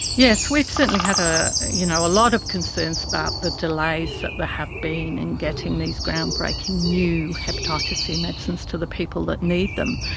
yes, we've certainly had a you know lot of concerns about the delays that there has been in getting these ground-breaking new hepatitis c medicines to the people that need them.